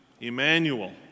Emmanuel